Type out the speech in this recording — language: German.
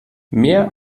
mehr